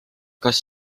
kas